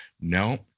no